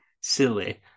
silly